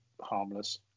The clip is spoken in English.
harmless